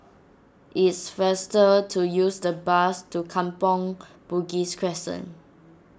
it's faster to take the bus to Kampong Bugis Crescent